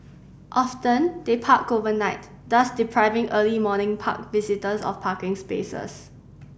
often they park overnight thus depriving early morning park visitors of parking spaces